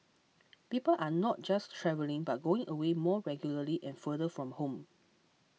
people are not just travelling but going away more regularly and farther from home